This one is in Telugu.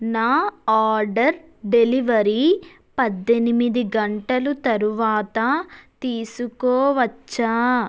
నా ఆర్డర్ డెలివరీ పద్దెనిమిది గంటలు తరువాత తీసుకోవచ్చా